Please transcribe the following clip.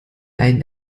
einen